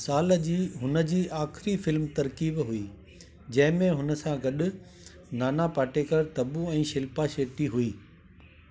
साल जी हुन जी आख़िरी फ़िल्म तरकीब हुई जंहिंमें हुन सां गॾु नाना पाटेकर तब्बू ऐं शिल्पा शेट्टी हुई